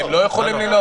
הם לא יכולים לנהוג.